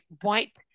white